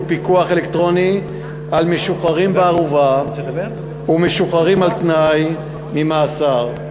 פיקוח אלקטרוני על משוחררים בערובה ומשוחררים על-תנאי ממאסר.